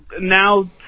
now